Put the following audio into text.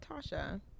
Tasha